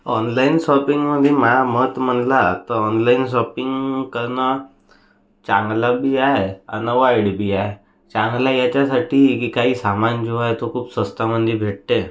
online सॉपिंगमधे माह्या मत म्हणला तर ऑनलाइन सॉपिंग करणं चांगलं बी आहे आणि वाईट बी आहे चांगलं याच्यासाठी की काही सामान जो आहे तो खूप स्वस्तामधे भेटते